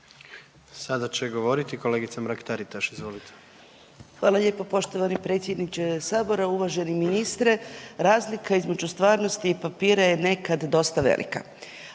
Sada će govoriti kolegica Mrak-Taritaš, izvolite. **Mrak-Taritaš, Anka (GLAS)** Hvala lijepo poštovani predsjedniče Sabora, uvaženi ministre. Razlika između stvarnosti i papira je nekad dosta velika.